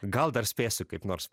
gal dar spėsiu kaip nors